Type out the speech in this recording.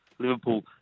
Liverpool